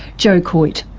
joe coyte,